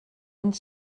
und